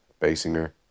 Basinger